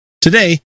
Today